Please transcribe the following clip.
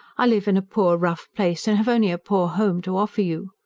i live in a poor, rough place, and have only a poor home to offer you.